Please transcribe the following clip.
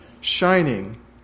shining